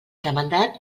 demandat